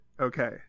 okay